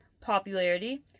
popularity